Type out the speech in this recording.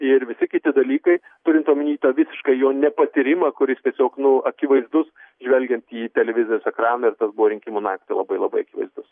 ir visi kiti dalykai turint omeny tą visišką jo nepatyrimą kuris tiesiog nu akivaizdus žvelgiant į televizijos ekraną ir kas buvo rinkimų naktį labai labai akivaizdus